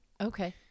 Okay